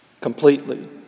completely